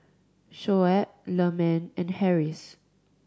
Shoaib Leman and Harris